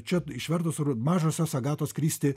čia išvertus mažosios agatos kristi